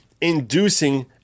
inducing